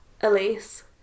Elise